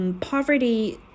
Poverty